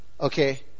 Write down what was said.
okay